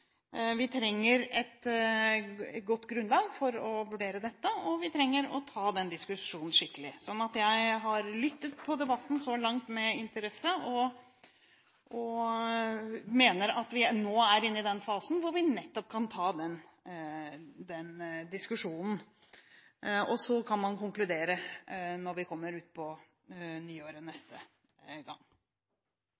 vi trenger et godt grunnlag for å vurdere dette, og vi trenger å ta den diskusjonen skikkelig. Så jeg har lyttet med interesse på debatten så langt og mener at vi nå er inne i den fasen hvor vi nettopp kan ta den diskusjonen, og så kan man konkludere når vi kommer utpå nyåret